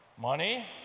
Money